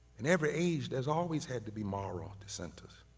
and every age has always had to be moral dissenters.